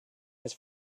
his